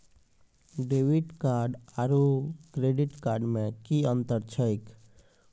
Debit card आरू credit card मे कि अन्तर छैक?